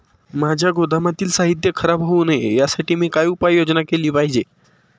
माझ्या गोदामातील साहित्य खराब होऊ नये यासाठी मी काय उपाय योजना केली पाहिजे?